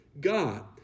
God